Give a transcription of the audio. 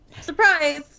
Surprise